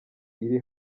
iri